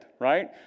right